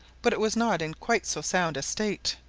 but it was not in quite so sound a state.